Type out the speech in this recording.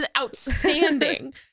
outstanding